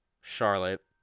Charlotte